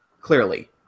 clearly